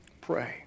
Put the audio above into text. Pray